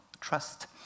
trust